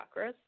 chakras